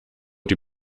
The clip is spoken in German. die